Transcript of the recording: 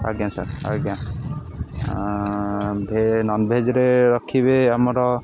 ଆଜ୍ଞା ସାର୍ ଆଜ୍ଞା ଭେଜ୍ ନନ୍ଭେଜ୍ରେ ରଖିବେ ଆମର